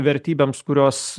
vertybėms kurios